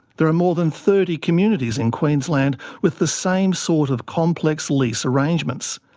there are more than thirty communities in queensland with the same sort of complex lease arrangements.